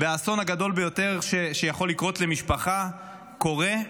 והאסון הגדול ביותר שיכול לקרות למשפחה קורה,